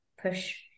push